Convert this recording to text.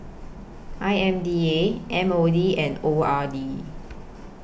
I M D A M O D and O R D